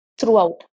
throughout